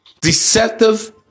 deceptive